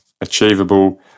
achievable